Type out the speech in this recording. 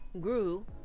Grew